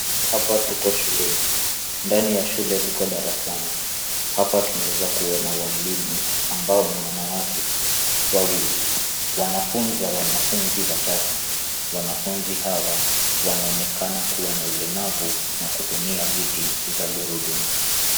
Hapa tuko shuleni. Ndani ya shuleni tuko darasani. Hapa tunaweza kuona walimu ambao ni wanawake, wawili wanafunza wanafunzi watatu. Wanafunzi hawa wanaonekana kuwa na ulemavu na kutumia viti za gurudumu.